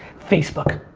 facebook.